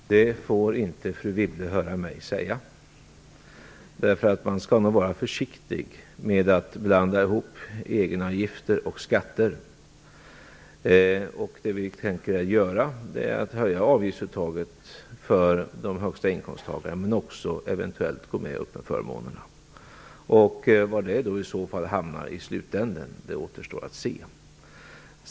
Fru talman! Det får inte fru Wibble höra mig säga. Man skall nog vara försiktig med att blanda ihop egenavgifter och skatter. Det vi tänker göra är att höja avgiftsuttaget för de högsta inkomsttagarna och också eventuellt låta förmånerna följa med. Var man sedan hamnar i slutänden, det återstår att se.